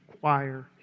choir